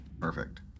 Perfect